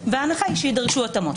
וההנחה היא שיידרשו התאמות.